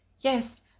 Yes